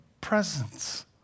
presence